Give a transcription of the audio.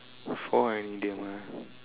for an idiom ah